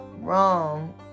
wrong